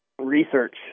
research